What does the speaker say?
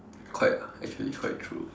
quite ya actually quite true